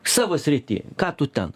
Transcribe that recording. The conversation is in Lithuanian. savo srity ką tu ten